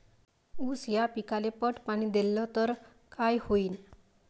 ऊस या पिकाले पट पाणी देल्ल तर काय होईन?